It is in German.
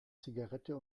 zigarette